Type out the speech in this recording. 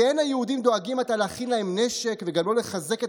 כי אין היהודים דואגים עתה להכין להם נשק וגם לא לחזק את